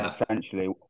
essentially